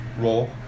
Roll